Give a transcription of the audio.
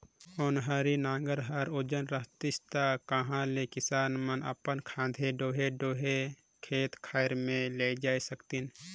ओन्हारी नांगर हर ओजन रहतिस ता कहा ले किसान मन अपन खांधे डोहे डोहे खेत खाएर मे लेइजे सकतिन